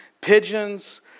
pigeons